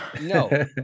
No